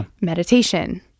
Meditation